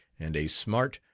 and a smart,